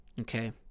Okay